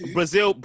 Brazil